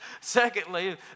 Secondly